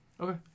Okay